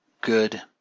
good